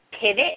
pivot